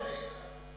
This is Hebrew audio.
לא נרחיב.